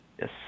Yes